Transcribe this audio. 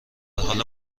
حال